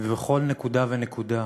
ובכל נקודה ונקודה,